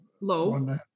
low